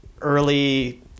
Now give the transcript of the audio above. early